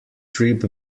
trip